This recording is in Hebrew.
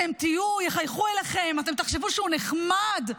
יחייכו אליכם, אתם תחשבו שהוא נחמד,